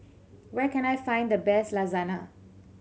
where can I find the best Lasagna